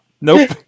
Nope